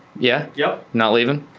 yeah? yep. not leaving?